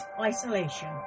isolation